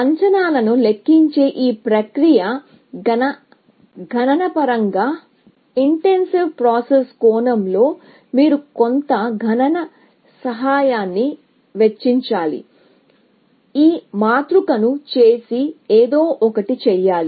అంచనాలను లెక్కించే ఈ ప్రక్రియ గణనపరంగా ఇంటెన్సివ్ ప్రాసెస్ కోణంలో మీరు కొంత గణన సమయాన్ని వెచ్చించాలి ఈ మాతృకను చూసి ఏదో ఒకటి చేయాలి